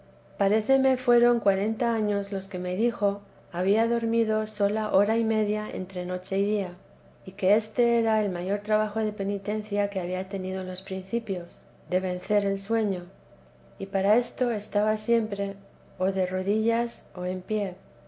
paréceme fueron cuarenta años los que me dijo había dormido sola hora y media entre noche y día y que éste era el mayor trabajo de penitencia que había tenido en ios principios de vencer el sueño y para esto estaba siempre o de rodillas o en pie